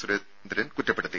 സുരേന്ദ്രൻ കുറ്റപ്പെടുത്തി